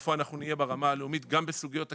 איפה אנחנו נהיה ברמה הלאומית גם בסוגיות תקציביות,